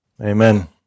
Amen